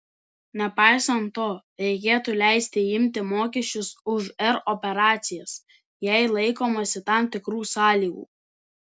nepaisant to reikėtų leisti imti mokesčius už r operacijas jei laikomasi tam tikrų sąlygų